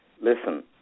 listen